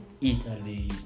Italy